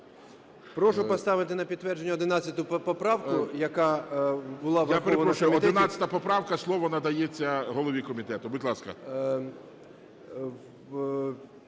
Прошу поставити на підтвердження 11 поправку, яка була врахована… ГОЛОВУЮЧИЙ.